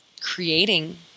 creating